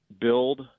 build